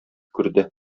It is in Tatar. күрде